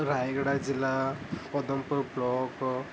ରାୟଗଡ଼ା ଜିଲ୍ଲା ପଦମପୁରୁ ବ୍ଲକ